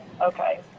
okay